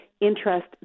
interest